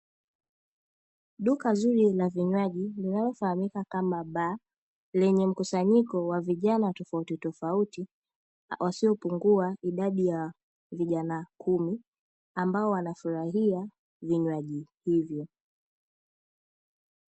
Duka zuri la vinywaji linalofahamika kama baa, lenye mkusanyiko wa vijana tofauti tofauti wasiopungua idadi ya vijana kumi, ambao wanafurahia vinywaji hivyo.